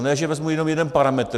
Ne že vezmu jenom jeden parametr.